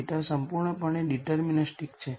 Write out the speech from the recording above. એટલે કે આઇગન વૅલ્યુઝમાંનું એક 0 બને છે